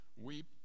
weep